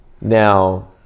Now